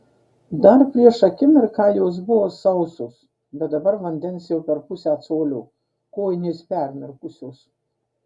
dar prieš akimirką jos buvo sausos bet dabar vandens jau per pusę colio kojinės permirkusios